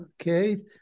Okay